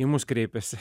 į mus kreipėsi